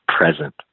present